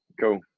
Cool